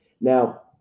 Now